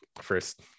first